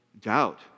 Doubt